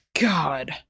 God